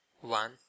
one